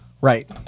Right